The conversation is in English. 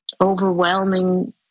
overwhelming